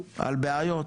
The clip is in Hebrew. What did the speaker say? על בעיות,